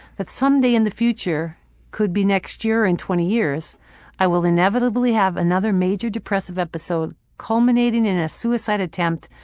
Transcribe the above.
that some day in the future could be next year or in twenty years i will inevitably have another major depressive episode culminating in a suicide attempt.